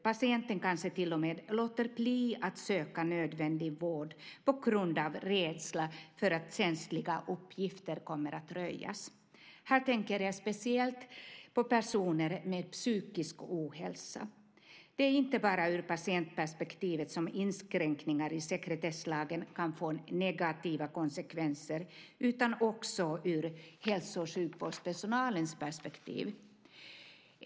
Patienten kanske till och med låter bli att söka nödvändig vård på grund av rädsla för att känsliga uppgifter kommer att röjas. Här tänker jag speciellt på personer med psykisk ohälsa. Det är inte bara ur patientperspektivet som inskränkningar i sekretesslagen kan få negativa konsekvenser utan också ur hälso och sjukvårdspersonalens perspektiv.